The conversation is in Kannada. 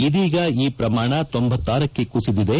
ಇದೀಗ ಈ ಪ್ರಮಾಣ ಕ್ಕೆ ಕುಸಿದಿದೆ